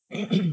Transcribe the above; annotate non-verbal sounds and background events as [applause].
[noise]